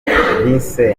vincent